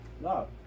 no